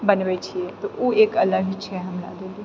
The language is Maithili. बनबै छिऐ तऽ ओ एक अलग छै हमरा लेल